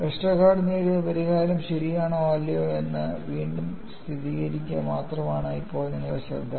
Westergaard നേടിയ പരിഹാരം ശരിയാണോ അല്ലയോ എന്ന് വീണ്ടും സ്ഥിരീകരിക്കുക മാത്രമാണ് ഇപ്പോൾ ഞങ്ങളുടെ ശ്രദ്ധ